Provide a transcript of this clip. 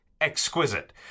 exquisite